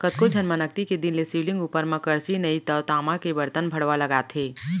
कतको झन मन अक्ती के दिन ले शिवलिंग उपर म करसी नइ तव तामा के बरतन भँड़वा लगाथे